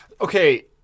Okay